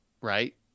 Right